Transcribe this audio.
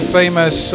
famous